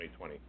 2020